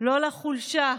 לא לחולשה,